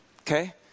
Okay